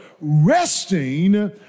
resting